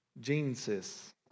Genesis